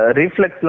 reflex